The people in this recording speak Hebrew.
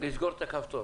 לסגור את הכפתור.